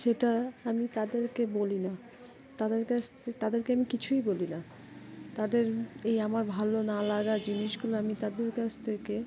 সেটা আমি তাদেরকে বলি না তাদের কাছ থেকে তাদেরকে আমি কিছুই বলি না তাদের এই আমার ভালো না লাগা জিনিসগুলো আমি তাদের কাছ থেকে